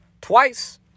twice